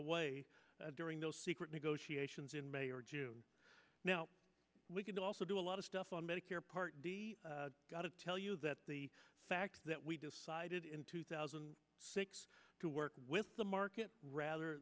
away during those secret negotiations in may or june now we can also do a lot of stuff on medicare part d got to tell you that the fact that we decided in two thousand and six to work with the market rather